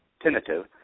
tentative